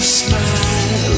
smile